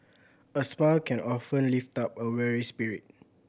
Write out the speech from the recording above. a smile can often lift up a weary spirit